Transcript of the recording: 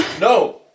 no